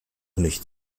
nicht